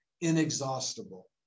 inexhaustible